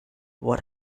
what